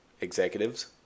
executives